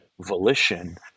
volition